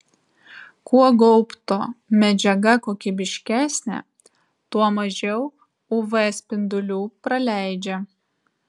kuo gaubto medžiaga kokybiškesnė tuo mažiau uv spindulių praleidžia